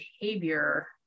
behavior